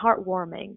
heartwarming